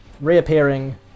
reappearing